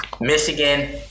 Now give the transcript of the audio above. Michigan